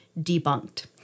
debunked